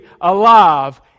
alive